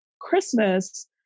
Christmas